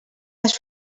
les